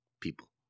People